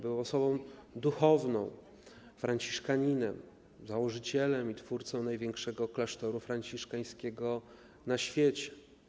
Był osobą duchowną, franciszkaninem, założycielem i twórcą największego klasztoru franciszkańskiego na świecie.